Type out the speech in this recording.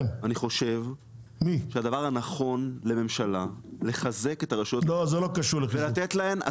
אני חושב שהדבר הנכון לממשלה לחזק את הרשויות המקומיות ולתת להן עצמאות.